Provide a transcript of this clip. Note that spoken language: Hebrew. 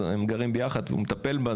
אז הם גרים יחד והוא מטפל בה,